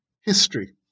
history